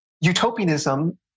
utopianism